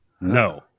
No